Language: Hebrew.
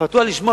פתוח לשמוע,